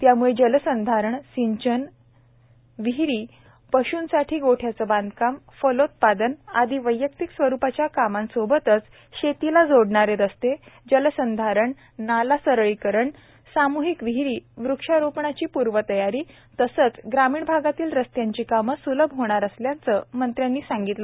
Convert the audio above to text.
त्यामुळे जलसंधारण सिंचन विहिरी पशंसाठी गोठ्याचे बांधकाम फलोत्पादन आदी वैयक्तिक स्वरुपाच्या कामांसोबतच शेतीला जोडणारे रस्ते जलसंधारण नाला सरळीकरण सामूहिक विहिरी वक्षारोपणाची पूर्वतयारी तसेच ग्रामीण भागातील रस्त्यांची कामे स्लभ होणार असल्याचे मंत्री भूमरे यांनी सांगितले